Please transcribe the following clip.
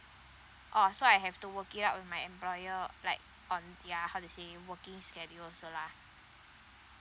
oh so I have to work it out with my employer like on yeah how to say working schedule also lah